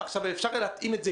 יש לנו ליקויי למידה,